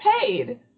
paid